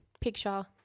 picture